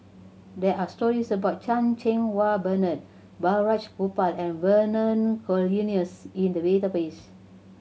there are stories about Chan Cheng Wah Bernard Balraj Gopal and Vernon Cornelius in the database